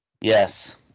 yes